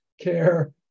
care